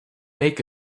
make